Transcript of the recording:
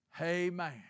Amen